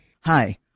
Hi